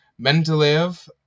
Mendeleev